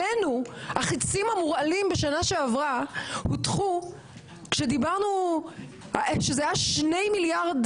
אלינו החיצים המורעלים בשנה שעברה הוטחו כשזה היה 2.1 מיליארד,